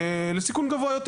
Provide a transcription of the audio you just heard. לסיכון גבוה יותר,